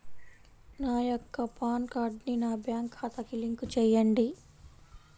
నా యొక్క పాన్ కార్డ్ని నా బ్యాంక్ ఖాతాకి లింక్ చెయ్యండి?